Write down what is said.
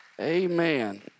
Amen